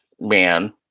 man